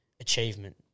achievement